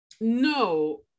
No